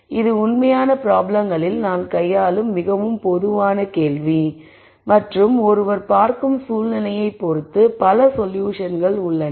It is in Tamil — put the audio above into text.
எனவே இது உண்மையான ப்ராப்ளம்களில் நாம் கையாளும் மிகவும் பொதுவான கேள்வி மற்றும் ஒருவர் பார்க்கும் சூழ்நிலையைப் பொறுத்து பல சொல்யூஷன்கள் உள்ளன